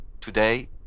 Today